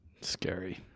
scary